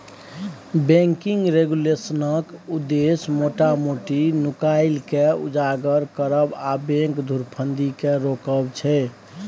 banking रेगुलेशनक उद्देश्य मोटा मोटी नुकाएल केँ उजागर करब आ बैंक धुरफंदी केँ रोकब छै